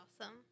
awesome